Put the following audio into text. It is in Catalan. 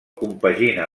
compagina